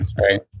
right